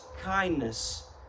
kindness